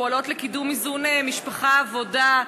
פועלות לקידום איזון משפחה עבודה,